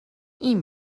این